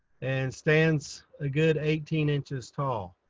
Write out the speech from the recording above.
and stands a good eighteen inches tall.